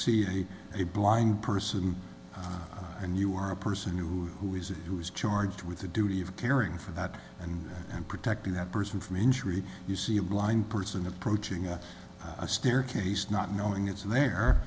see a blind person and you are a person who who is it who's charged with the duty of caring for that and and protecting that person from injury you see a blind person approaching up a staircase not knowing it's there